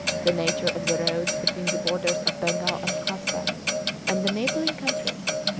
the nature of the roads between the borders of bengal and lhasa and the neighbouring countries.